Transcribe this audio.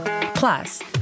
Plus